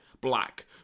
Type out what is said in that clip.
black